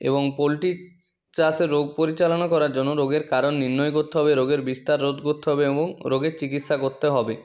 এবং পোলট্রির চাষের রোগ পরিচালনা করার জন্য রোগের কারণ নির্ণয় করতে হবে রোগের বিস্তার রোধ করতে হবে এবং রোগের চিকিৎসা করতে হবে